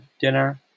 dinner